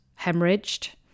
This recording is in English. hemorrhaged